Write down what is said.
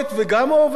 גם התמיכה,